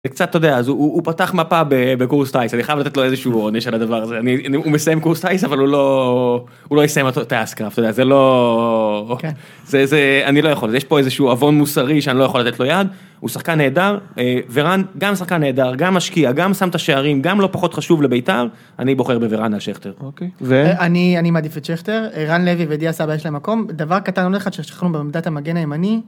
קצת אתה יודע, אז הוא פתח מפה בקורס טייס, אני חייב לתת לו איזשהו עונש לדבר הזה, הוא מסיים קורס טייס, אבל הוא לא, הוא לא יסיים את האסקראפט, אתה יודע, זה לא, אני לא יכול, יש פה איזשהו אבון מוסרי שאני לא יכול לתת לו יד, הוא שחקן נהדר, ורן גם שחקן נהדר, גם השקיע, גם שם את השערים, גם לא פחות חשוב לביתר, אני בוחר בוורן על שכטר. אני מעדיף את שכטר, רן לוי ודיאס אבא יש להם מקום, דבר קטן עוד אחד ששחררנו בממדת המגן הימני,